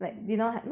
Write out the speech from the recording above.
mmhmm